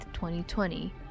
2020